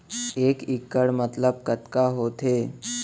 एक इक्कड़ मतलब कतका होथे?